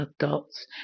adults